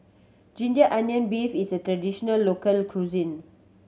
ginger onion beef is a traditional local cuisine